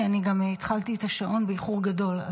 כי אני גם התחלתי את השעון באיחור גדול.